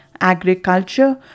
agriculture